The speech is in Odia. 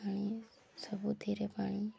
ପାଣି ସବୁ ଧୀରେ